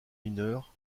mineurs